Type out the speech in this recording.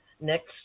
next